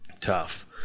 tough